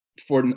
for,